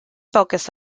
focus